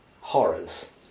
horrors